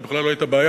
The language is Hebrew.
זו בכלל לא היתה בעיה.